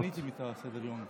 אבל שיניתם את סדר-היום,